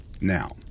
Now